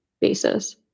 basis